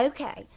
Okay